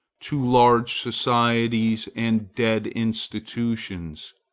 to large societies and dead institutions.